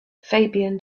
fabian